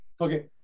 okay